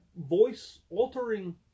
voice-altering